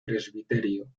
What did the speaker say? presbiterio